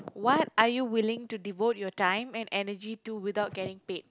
what are you willing to devote your time and energy to without getting paid